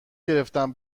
گرفتم